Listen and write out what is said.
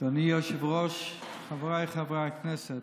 אדוני היושב-ראש, חבריי חברי הכנסת,